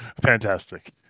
Fantastic